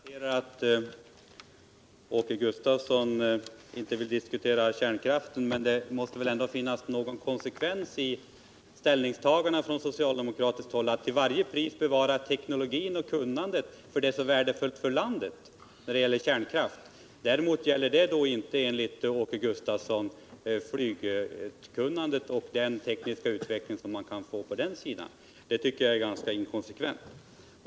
Herr talman! Jag konstaterar att Åke Gustavsson inte vill diskutera kärnkraften. Men det måste väl ändå finnas någon konsekvens i socialdemokraternas ställningstaganden till förmån för att till varje pris bevara teknologin och kunnandet inom landet när det gäller kärnkraften och motsvarande ställningstaganden när det gäller flygindustrin. Enligt Åke Gustavsson skall emellertid inte samma inställning gälla beträffande flygkunnandet och den tekniska utveckling som det kan bli fråga om på det området. Det tycker jag är ganska inkonsekvent.